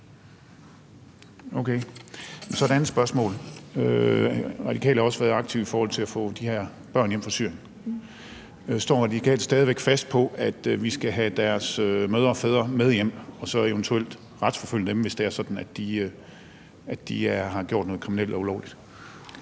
Okay. Så har jeg et andet spørgsmål: De Radikale har også været aktive i forhold til at få de her børn hjem fra Syrien. Står De Radikale stadig fast på, at vi skal have deres mødre og fædre med hjem og så eventuelt retsforfølge dem, hvis det er sådan, at de har gjort noget kriminelt og ulovligt?